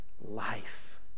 life